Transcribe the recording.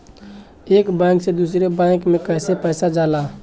एक बैंक से दूसरे बैंक में कैसे पैसा जाला?